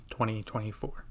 2024